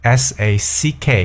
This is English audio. sack